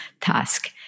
task